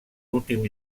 últim